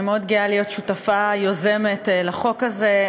אני גאה מאוד להיות שותפה-יוזמת לחוק הזה.